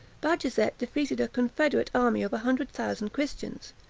bajazet defeated a confederate army of a hundred thousand christians,